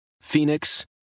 Phoenix